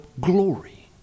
glory